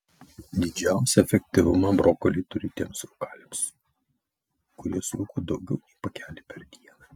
didžiausią efektyvumą brokoliai turi tiems rūkaliams kurie surūko daugiau nei pakelį per dieną